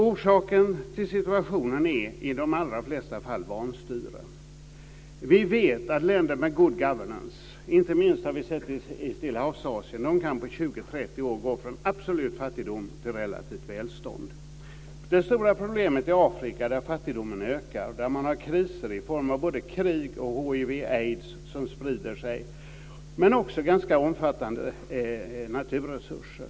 Orsaken till situationen är i de allra flesta fall vanstyre. Vi vet att länder med god governance, det har vi inte minst sett i Stilla havs-Asien, på 20-30 år kan gå från absolut fattigdom till relativt välstånd. Det stora problemet är Afrika, där fattigdomen ökar. Där har man kriser i form av både krig och hiv/aids, som sprider sig. Men man har också ganska omfattande naturresurser.